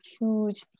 huge